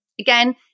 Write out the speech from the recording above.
Again